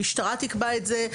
המשטרה תקבע את זה,